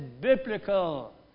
biblical